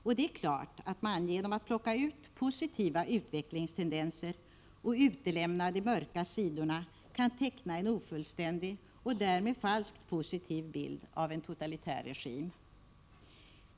Och det är klart att man genom att plocka ut positiva utvecklingstendenser och utelämna de mörka sidorna kan teckna en ofullständig och därmed falskt positiv bild av en totalitär regim.